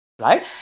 right